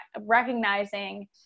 recognizing